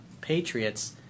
patriots